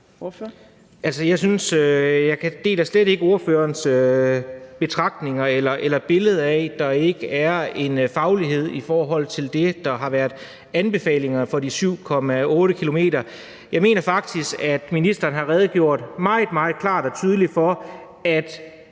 jeg deler slet ikke spørgerens betragtninger eller billedet af, at der ikke er en faglighed i forhold til anbefalingen om de 7,8 km. Jeg mener faktisk, at ministeren har redegjort meget, meget klart og tydeligt for, at